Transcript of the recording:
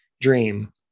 dream